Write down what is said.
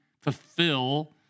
fulfill